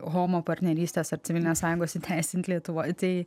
homo partnerystės ar civilinės sąjungos įteisinti lietuvoje tai